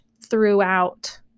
throughout